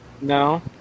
No